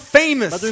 famous